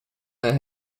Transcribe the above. and